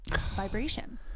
vibration